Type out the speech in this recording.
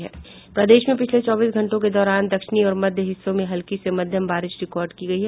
प्रदेश में पिछले चौबीस घंटों के दौरान दक्षिणी और मध्य हिस्सों में हल्की से मध्यम बारिश रिकॉर्ड की गयी है